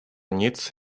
nic